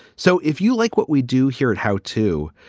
so if you like what we do here at how to.